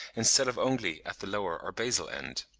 instead of only at the lower or basal end.